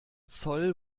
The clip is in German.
zoll